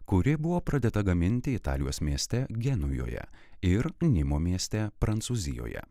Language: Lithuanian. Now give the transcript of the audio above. kuri buvo pradėta gaminti italijos mieste genujoje ir nimo mieste prancūzijoje